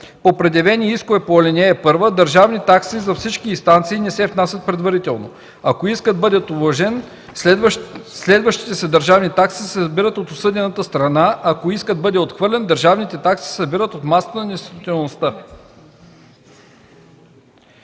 по предявени искове по ал. 1 държавни такси за всички инстанции не се внасят предварително. Ако искът бъде уважен, следващите се държавни такси се събират от осъдената страна, а ако искът бъде отхвърлен, държавните такси се събират от масата на несъстоятелността.”